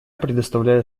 предоставляю